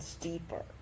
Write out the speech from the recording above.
deeper